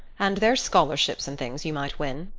and there's scholarships and things you might win.